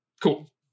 Cool